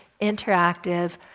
interactive